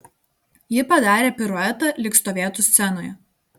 ji padarė piruetą lyg stovėtų scenoje